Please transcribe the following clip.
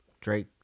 Drake